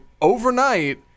overnight